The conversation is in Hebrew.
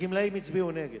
הגמלאים הצביעו נגד.